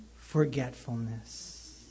forgetfulness